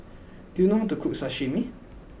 do you know how to cook Sashimi